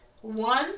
One